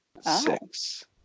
six